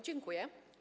Dziękuję.